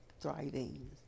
thriving